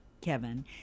Kevin